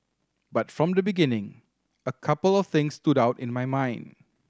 but from the beginning a couple of things stood out in my mind